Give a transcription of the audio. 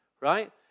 right